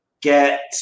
get